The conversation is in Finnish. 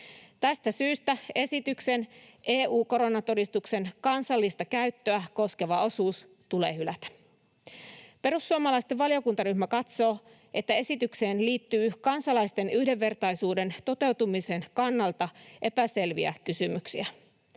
Tästä syystä esityksen EU-koronatodistuksen kansallista käyttöä koskeva osuus tulee hylätä. Perussuomalaisten valiokuntaryhmä katsoo, että esitykseen liittyy kansalaisten yhdenvertaisuuden toteutumisen kannalta epäselviä kysymyksiä.